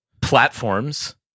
platforms